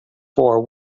for